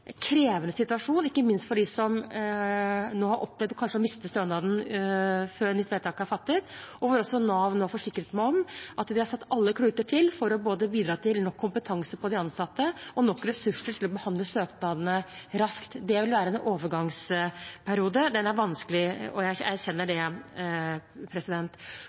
krevende situasjon, ikke minst for dem som nå kanskje har opplevd å miste stønaden før nytt vedtak er fattet, og hvor Nav nå forsikret meg om at de har satt alle kluter til for å bidra til både nok kompetanse hos de ansatte og nok ressurser til å behandle søknadene raskt. Det vil være en overgangsperiode. Den er vanskelig, jeg erkjenner det. Så har vi gjort mange andre endringer, som jeg